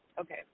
Okay